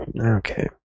okay